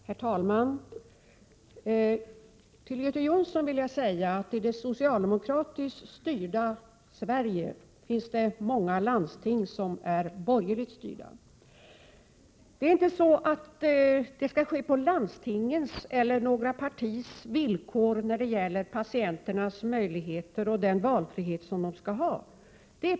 Herr talman! Till Göte Jonsson vill jag säga att det i det socialdemokratiskt styrda Sverige finns många landsting som är borgerligt styrda. Patienternas möjligheter till valfrihet skall inte utformas på landstingens eller några partiers villkor.